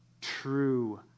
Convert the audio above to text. True